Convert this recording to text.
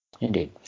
Indeed